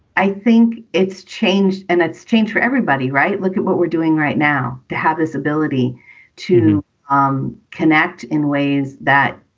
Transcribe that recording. i think it's changed and it's changed for everybody. right. look at what we're doing right now to have this ability to um connect in ways that,